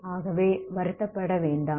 ஆகவே வருத்தப்பட வேண்டாம்